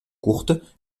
courtes